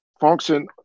function